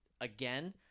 again